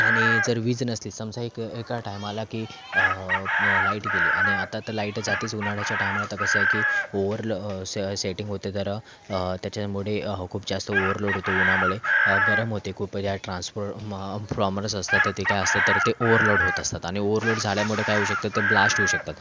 आणि जर वीज नसली समजा एक एका टायमाला लाईट गेली आणि आता तर लाईट जातेच उन्हाळ्याच्या टायमाला तर कसं आहे की ओवर लो से सेटिंग होते तर त्याच्यामुळे खूप जास्त ओवरलोड होतो उन्हामुळे गरम होते खूप या ट्रान्सफॉर्म फ्राॅमरच असतात ते काय असतात तर ते ओवरलोड होतं असतात आणि ओवरलोड झाल्यामुळे काय होऊ शकतं तर ब्लास्ट होऊ शकतात